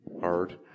Hard